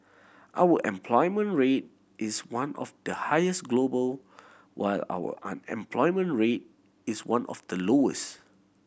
our employment rate is one of the highest global while our unemployment rate is one of the lowest